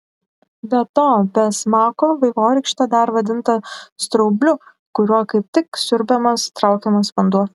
be to be smako vaivorykštė dar vadinta straubliu kuriuo kaip tik siurbiamas traukiamas vanduo